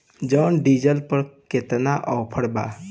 John Deere पर केतना offer बा?